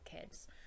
kids